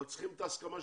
אבל צריכה להיות הסכמה.